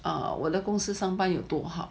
err 我的公司上班有多好